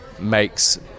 makes